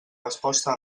resposta